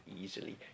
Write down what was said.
easily